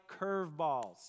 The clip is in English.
curveballs